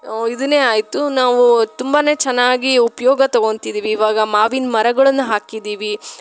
ಇದನ್ನೇ ಆಯಿತು ನಾವು ತುಂಬಾ ಚೆನ್ನಾಗಿ ಉಪಯೋಗ ತೊಗೊಳ್ತಿದೀವಿ ಇವಾಗ ಮಾವಿನ ಮರಗಳನ್ನು ಹಾಕಿದ್ದೀವಿ